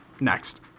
Next